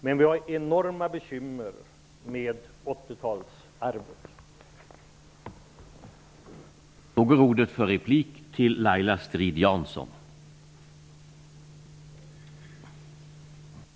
Men vi har enorma bekymmer med arvet från 1980-talet.